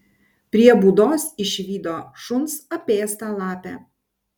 prie būdos išvydo šuns apėstą lapę